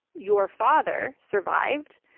your father survived.